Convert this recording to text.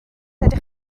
ydych